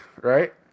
Right